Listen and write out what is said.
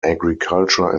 agriculture